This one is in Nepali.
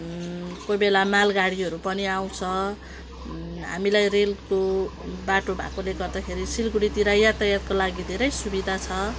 कोही बेला मालगाडी पनि आउँछ हामीलाई रेलको बाटो भएकोले गर्दाखेरि सिलगढीतिर यातायातको लागि धेरै सुविधा छ